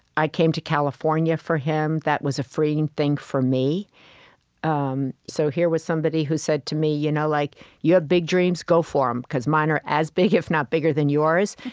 i came to california for him that was a freeing thing, for me um so here was somebody who said to me, you know like you have big dreams go for them, because mine are as big if not bigger than yours.